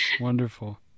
Wonderful